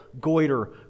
goiter